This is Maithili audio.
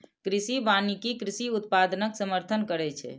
कृषि वानिकी कृषि उत्पादनक समर्थन करै छै